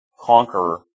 conqueror